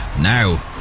now